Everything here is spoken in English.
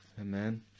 Amen